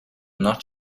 not